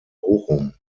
bochum